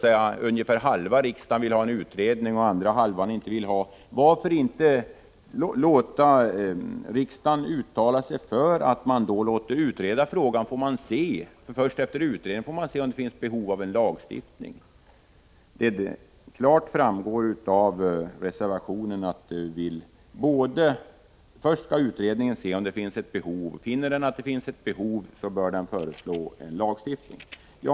Om ungefär halva riksdagen vill ha en utredning och den andra halvan inte vill ha det, varför kan ni då inte låta riksdagen uttala sig för en utredning, så får man genom utredningen klarhet om det finns behov av lagstiftning. Av reservationen framgår klart att först skall en utredning se efter om det finns ett behov, och om den finner att det gör det bör den föreslå en lagstiftning.